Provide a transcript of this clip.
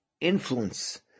influence